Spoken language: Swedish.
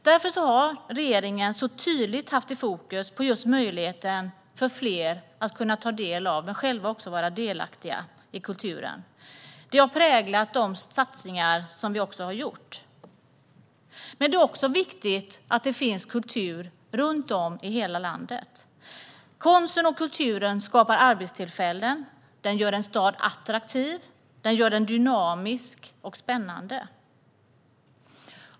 Därför har regeringen tydligt haft fokus just på möjligheten för fler att ta del av men också själva vara delaktiga i kulturen. Det har präglat de satsningar som har gjorts. Men det är också viktigt att det finns kultur runt om i hela landet. Konsten och kulturen skapar arbetstillfällen. Den gör en stad attraktiv, dynamisk och spännande.